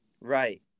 Right